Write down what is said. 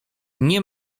nie